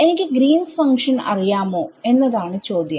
എനിക്ക് Green's function Greens function അറിയാമോ എന്നതാണ് ചോദ്യം